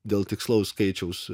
dėl tikslaus skaičiaus